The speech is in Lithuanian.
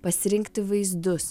pasirinkti vaizdus